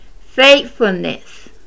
faithfulness